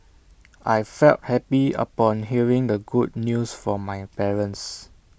I felt happy upon hearing the good news from my parents